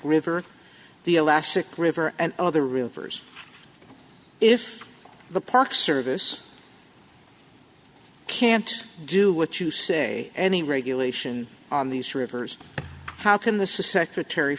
river the elastic river and other rivers if the park service can't do what you say any regulation on these rivers how can the secretary